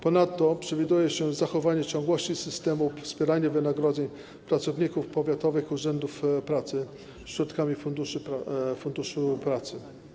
Ponadto przewiduje się zachowanie ciągłości systemu wspierania wynagrodzeń pracowników powiatowych urzędów pracy środkami Funduszu Pracy.